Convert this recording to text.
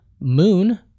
Moon